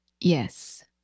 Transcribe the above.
Yes